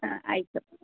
ಹಾಂ ಆಯಿತು